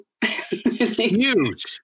Huge